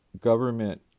Government